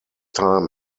time